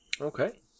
okay